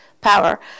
power